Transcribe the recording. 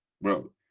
bro